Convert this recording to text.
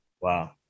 Wow